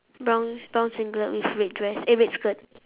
brown brown singlet with red dress eh red skirt